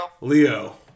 Leo